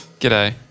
G'day